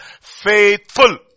faithful